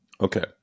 Okay